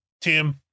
Tim